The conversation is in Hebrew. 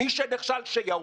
מי שנכשל, שיעוף,